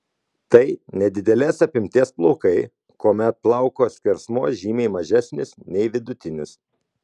tai nedidelės apimties plaukai kuomet plauko skersmuo žymiai mažesnis nei vidutinis